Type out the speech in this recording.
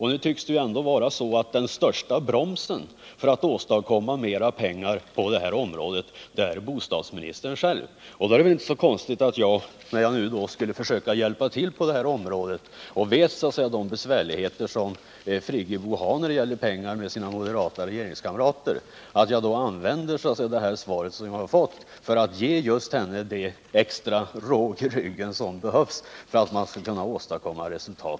Ändå tycks det vara så att den största bromsen när det gäller att åstadkomma mer pengar är bostadsministern själv. Då är det väl inte så konstigt att jag, när jag ville försöka hjälpa till och när jag känner till de besvärligheter som Birgit Friggebo har med sina moderata regeringskamrater i fråga om pengar, använde mig av moderaternas svar för att ge henne den extra råg i ryggen som behövs för att man skall kunna åstadkomma resultat.